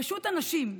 פשוט אנשים,